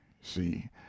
see